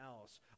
else